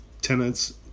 tenants